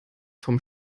vom